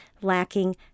lacking